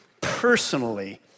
personally